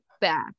back